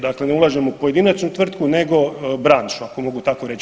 Dakle, ne ulažem u pojedinačnu tvrtku nego branšu ako mogu tako reći.